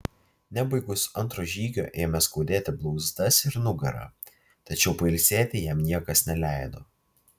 nebaigus antro žygio ėmė skaudėti blauzdas ir nugarą tačiau pailsėti jam niekas neleido